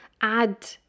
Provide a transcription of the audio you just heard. add